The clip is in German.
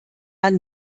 man